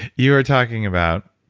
you were talking about